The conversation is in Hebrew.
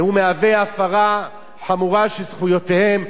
וזה מהווה הפרה חמורה של זכויותיהם,